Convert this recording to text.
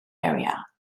area